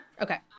Okay